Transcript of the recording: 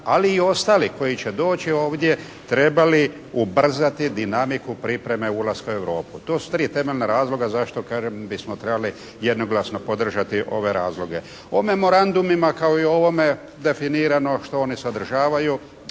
ali i ostalih koji će doći ovdje trebali ubrzati dinamiku pripreme ulaska u Europu. To su tri temeljna razloga zašto kažem bismo trebali jednoglasno podržati ove razloge. O memorandumima kao i o ovome definirano šta oni sadržavaju,